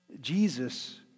Jesus